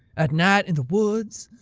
at night, in the woods.